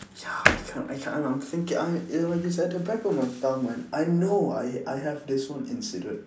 ya I cannot I cannot I'm thinking I you know it's at the back of my tongue man I know I I have this one incident